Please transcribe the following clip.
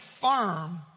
firm